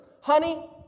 honey